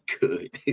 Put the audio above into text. good